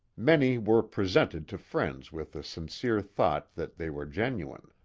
many were presented to friends with a sincere thought that they were genuine.